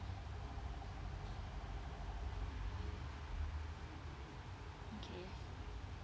okay